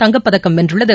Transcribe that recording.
தங்கப் பதக்கம் வென்றுள்ளது